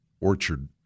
orchard –